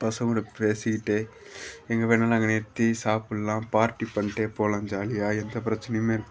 பசங்ககூட பேசிக்கிட்டே எங்கே வேணால் நாங்கள் நிறுத்தி சாப்பிட்லாம் பார்ட்டி பண்ணிட்டே போகலாம் ஜாலியாக எந்தப் பிரச்சினையுமே இருக்